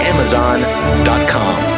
Amazon.com